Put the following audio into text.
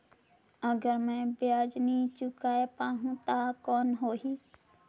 अगर मै ब्याज नी चुकाय पाहुं ता कौन हो ही?